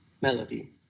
Melody